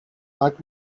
not